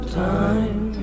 time